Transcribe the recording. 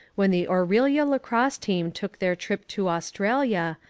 when the orillia lacrosse team took their trip to australia,